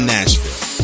Nashville